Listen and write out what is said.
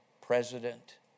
President